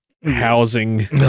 housing